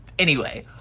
anyway,